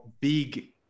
big